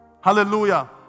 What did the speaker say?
Hallelujah